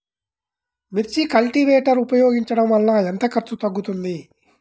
మిర్చి కల్టీవేటర్ ఉపయోగించటం వలన ఎంత ఖర్చు తగ్గుతుంది?